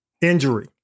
Injury